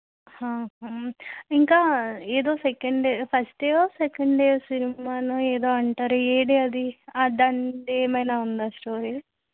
ఇంకా ఏదో second day first day ఓ సెకండ్ డే ఓ సినిమానొ ఏదో అంటారు ఏడే అది దానిదేమన్నా ఉందా స్టోరీ